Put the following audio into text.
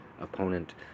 opponent